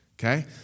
okay